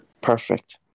perfect